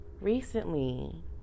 recently